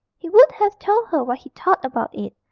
he would have told her what he thought about it,